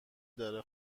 داره